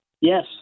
Yes